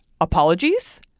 apologies